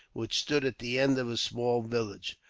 which stood at the end of a small village.